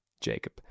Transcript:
Jacob